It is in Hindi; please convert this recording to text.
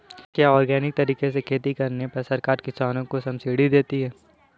क्या ऑर्गेनिक तरीके से खेती करने पर सरकार किसानों को सब्सिडी देती है?